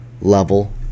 level